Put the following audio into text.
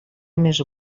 més